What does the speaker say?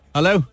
Hello